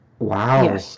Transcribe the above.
Wow